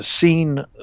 seen